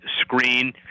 screen